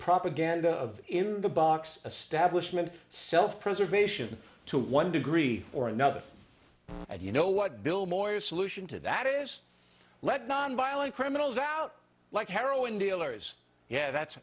propaganda of in the box a stablish meant self preservation to one degree or another and you know what bill moyers solution to that is let nonviolent criminals out like heroin dealers yeah that's